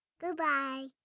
Goodbye